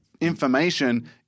information